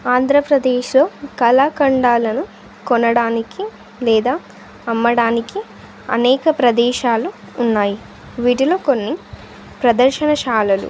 ఆంధ్రప్రదేశ్లో కళాఖండాలను కొనడానికి లేదా అమ్మడానికి అనేక ప్రదేశాలు ఉన్నాయి వీటిలో కొన్ని ప్రదర్శనశాలలు